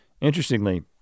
Interestingly